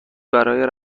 برای